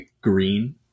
green